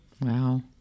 Wow